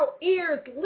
ears